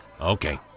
Okay